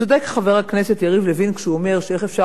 וצודק חבר הכנסת יריב לוין כשהוא אומר: איך אפשר